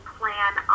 plan